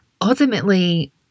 ultimately